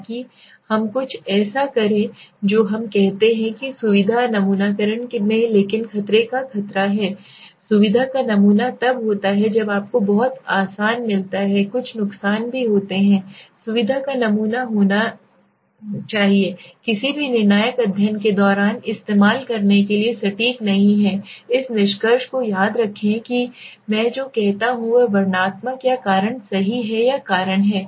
ताकि हम कुछ ऐसा करें जो हम कहते हैं कि सुविधा नमूनाकरण में लेकिन खतरे का खतरा है सुविधा का नमूना तब होता है जब आपको बहुत आसान मिलता है कुछ नुकसान भी होते हैं सुविधा का नमूना होना चाहिए किसी भी निर्णायक अध्ययन के दौरान इस्तेमाल करने के लिए सटीक नहीं है इस निष्कर्ष को याद रखें कि मैं जो कहता हूं वह वर्णनात्मक या कारण सही है या कारण है